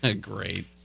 Great